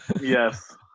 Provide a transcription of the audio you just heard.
yes